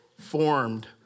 formed